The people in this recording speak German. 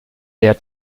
der